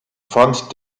fand